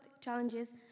challenges